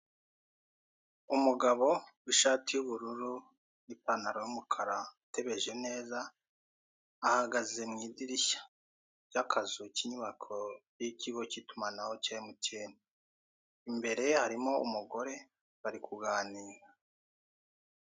Umugabo w'ishati y'ubururu n'ipantaro y'umukara utebeje neza, ahagaze mu idirishya ry'akazu k'inyubako y'ikigo cy'itumanaho cya MTN. Imbere harimo umugore bari kuganira.